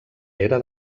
era